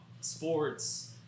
sports